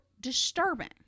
disturbing